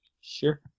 Sure